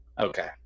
okay